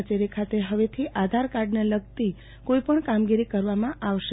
કચેરી ખાતે હવેથી આધારકાર્ડને લગતી કોઈ પણ કામગીરી કરવામાં આવશે